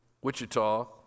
Wichita